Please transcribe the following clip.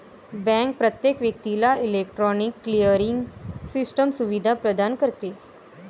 bank प्रत्येक व्यक्तीला electronic clearing system सुविधा प्रदान करते